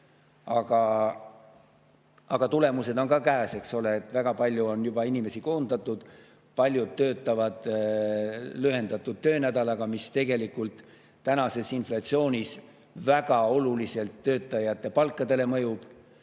Aga tulemused on ka käes, eks ole. Väga palju on juba inimesi koondatud. Paljud töötavad lühendatud töönädalaga, mis tegelikult tänases inflatsioonis väga oluliselt töötajate palkadele mõjub.